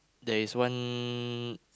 there is one